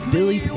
Billy